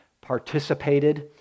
participated